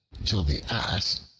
till the ass,